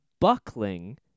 buckling